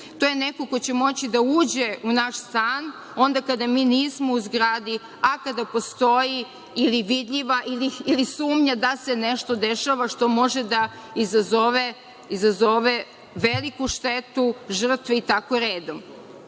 to je neko ko će moći da uđe u naš stav onda kada mi nismo u zgradi, a kada postoji ili vidljiva ili sumnja da se nešto dešava što može da izazove veliku štetu žrtvi i tako redom.